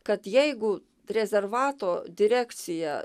kad jeigu rezervato direkcija